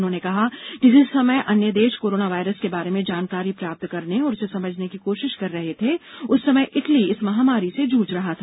उन्होंने कहा कि जिस समय अन्य देश कोरोना वायरस के बारे में जानकारी प्राप्त करने और उसे समझने की कोशिश कर रहे थे उस समय इटली इस महामारी से जूझ रहा था